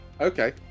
Okay